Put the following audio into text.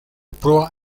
proa